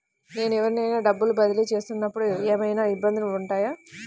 నేను ఎవరికైనా డబ్బులు బదిలీ చేస్తునపుడు ఏమయినా ఇబ్బందులు వుంటాయా?